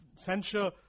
censure